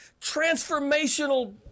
transformational